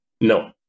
No